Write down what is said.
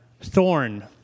thorn